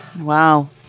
Wow